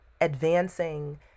advancing